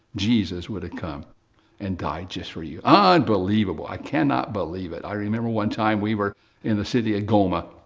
jesus would have come and died just for you. ah unbelievable. i cannot believe it. i remember one time we were in the city of goma,